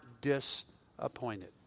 disappointed